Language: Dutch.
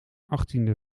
achttiende